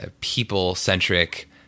people-centric